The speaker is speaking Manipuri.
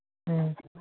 ꯎꯝ